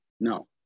no